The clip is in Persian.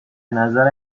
نظر